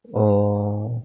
oh